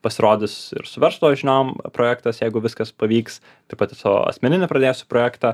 pasirodys ir su verslo žiniom projektas jeigu viskas pavyks taip pat ir savo asmeninį pradėsiu projektą